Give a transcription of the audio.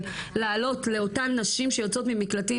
להעלות לאותן נשים שיוצאות ממקלטים,